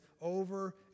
over